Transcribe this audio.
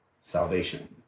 salvation